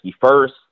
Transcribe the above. first